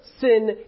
sin